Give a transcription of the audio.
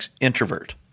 introvert